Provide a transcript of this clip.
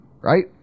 right